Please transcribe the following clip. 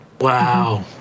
Wow